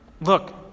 look